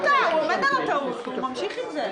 הוא עומד על הטעות, הוא ממשיך עם זה.